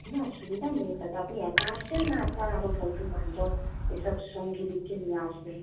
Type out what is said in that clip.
কোনো অসুবিধা নেই তাতে আপনি একা আসছেন না আপনার আরও বন্ধুবান্ধব এসব সঙ্গীদেরকে নিয়ে আসবেন